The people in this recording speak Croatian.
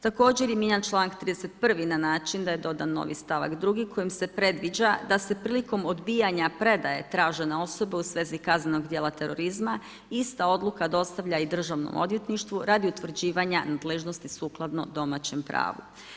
Također je mijenjan čl. 31. na način da je dodan novi stavak 2 kojim se predviđa da se prilikom odbijanja predaje tražene osobe u svezi kaznenog dijela terorizma ista odluka dostavlja i Državnom odvjetništvu, radi utvrđivanja nadležnosti sukladno domaćem pravu.